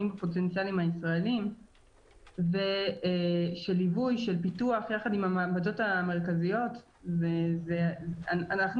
הישראלים של ליווי ופיתוח יחד עם המעבדות המרכזיות ואנחנו